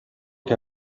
che